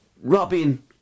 Robin